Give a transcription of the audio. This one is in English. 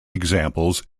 examples